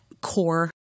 core